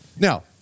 Now